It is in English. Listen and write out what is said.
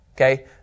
okay